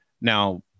now